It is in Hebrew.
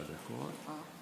הצעת האי-אמון